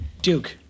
Duke